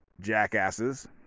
jackasses